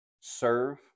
Serve